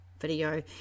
video